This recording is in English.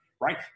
right